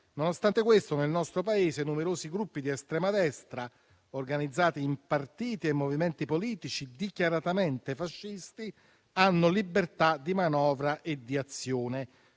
Nonostante questo, nel nostro Paese numerosi gruppi di estrema destra, organizzati in partiti e movimenti politici dichiaratamente fascisti, hanno libertà di manovra e di azione.